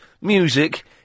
music